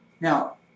Now